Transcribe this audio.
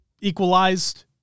equalized